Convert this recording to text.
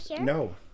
No